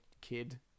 kid